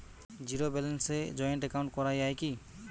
Zero ব্যালেন্সে joint account করা য়ায় কি?